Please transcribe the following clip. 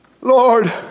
Lord